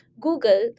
Google